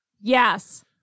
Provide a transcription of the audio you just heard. Yes